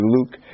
Luke